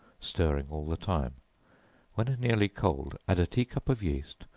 stirring all the time when nearly cold, add a tea-cup of yeast,